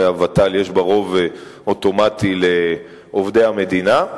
הרי הוות"ל יש בה רוב אוטומטי לעובדי המדינה.